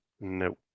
no